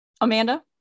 Amanda